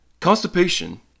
Constipation